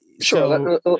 Sure